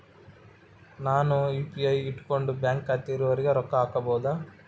ನಾನು ಯು.ಪಿ.ಐ ಇಟ್ಕೊಂಡು ಬ್ಯಾಂಕ್ ಖಾತೆ ಇರೊರಿಗೆ ರೊಕ್ಕ ಹಾಕಬಹುದಾ?